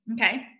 Okay